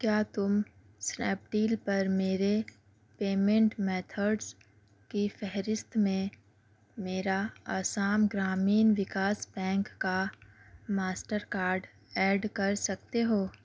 کیا تم snap deal پرمیرے پیمینٹ میتھڈز کی فہرست میں میرا آسام گرامین وکاس بینک کا ماسٹر کارڈ ایڈ کر سکتے ہو